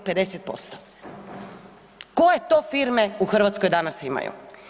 Koje to firme u Hrvatskoj danas imaju?